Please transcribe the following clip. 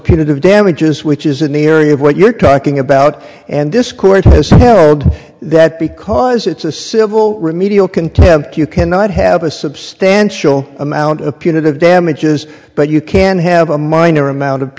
punitive damages which is in the area of what you're talking about and this court has held that because it's a civil remedial contempt you cannot have a substantial amount of punitive damages but you can have a minor amount of